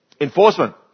Enforcement